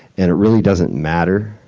and it really doesn't matter.